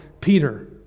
Peter